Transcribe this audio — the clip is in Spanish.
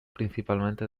principalmente